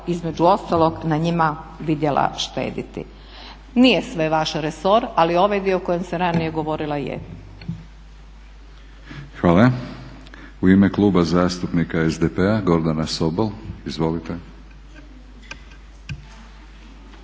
između ostalog na njima vidjeli štediti. Nije sve vaš resor, ali ovaj dio o kojem sam ranije govorila je. **Batinić, Milorad (HNS)** Hvala. U ime Kluba zastupnika SDP-a Gordana Sobol. Izvolite.